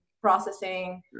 processing